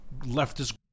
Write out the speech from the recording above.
leftist